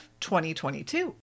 2022